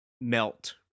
melt